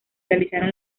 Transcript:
realizaron